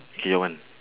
K your one